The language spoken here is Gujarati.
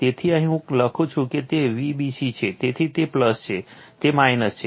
તેથી અહીં હું લખું છું કે તે Vbc છે તેથી તે છે તે છે